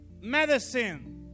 medicine